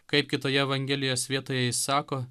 kaip kitoje evangelijos vietoje jis sako